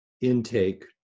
intake